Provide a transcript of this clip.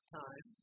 time